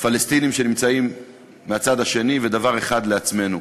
לפלסטינים שנמצאים מהצד השני ודבר אחד לעצמנו.